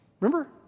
Remember